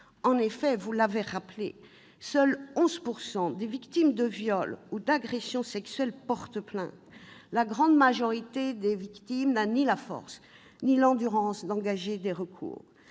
En effet, cela a été rappelé, 11 % des victimes de viols ou d'agressions sexuelles seulement portent plainte. La grande majorité des victimes n'a ni la force ni l'endurance d'engager des recours.